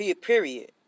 Period